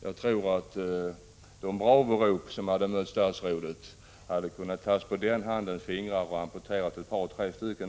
Jag tror att de bravorop som hade mött statsrådet hade kunnat räknas på ena handens fingrar, även om man hade amputerat ett par tre stycken.